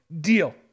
deal